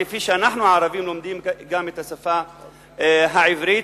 כפי שאנחנו הערבים לומדים גם את השפה העברית,